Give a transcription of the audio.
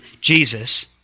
Jesus